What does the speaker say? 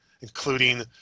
including